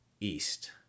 East